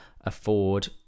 afford